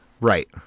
right